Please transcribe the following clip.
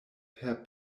per